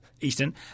Eastern